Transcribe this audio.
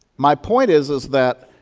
my point is, is that,